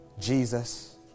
Jesus